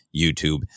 YouTube